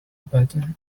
better